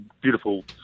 beautiful